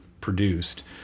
produced